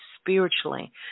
spiritually